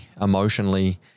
emotionally